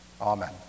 Amen